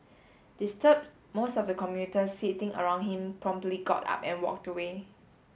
disturbed most of the commuters sitting around him promptly got up and walked away